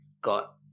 got